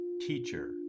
Teacher